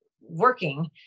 working